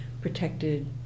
protected